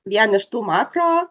vien iš tų makro